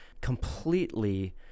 completely